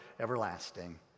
everlasting